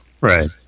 right